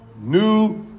new